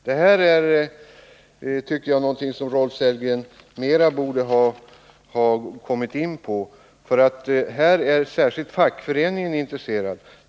Detta är en sak som jag tycker att Rolf Sellgren borde ha kommit in mer på. Här är särskilt fackföreningsrörelsen intresserad.